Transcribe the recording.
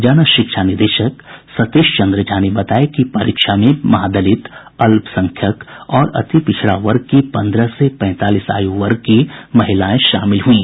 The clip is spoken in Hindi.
जन शिक्षा निदेशक सतीश चन्द्र झा ने बताया कि परीक्षा में महादलित अल्पसंख्यक और अति पिछड़ा वर्ग की पन्द्रह से पैंतालीस आयु वर्ग की महिलाएं शामिल हुईं